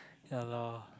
ya loh